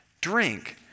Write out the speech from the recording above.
drink